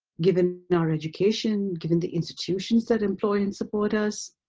given and our education, given the institutions that employ and support us,